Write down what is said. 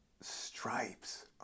Stripes